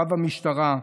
רב המשטרה,